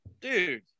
dude